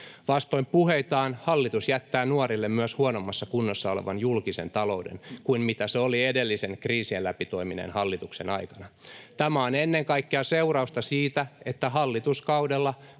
Vastoin puheitaan hallitus jättää nuorille myös huonommassa kunnossa olevan julkisen talouden kuin mitä se oli edellisen, kriisien läpi toimineen hallituksen aikana. Tämä on ennen kaikkea seurausta siitä, että hallituskaudella